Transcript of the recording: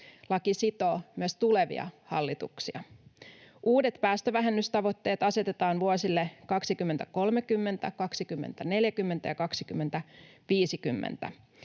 Laki sitoo myös tulevia hallituksia. Uudet päästövähennystavoitteet asetetaan vuosille 2030, 2040 ja 2050.